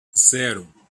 zero